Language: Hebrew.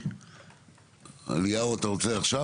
מוותר.